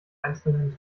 einzelnen